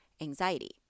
anxiety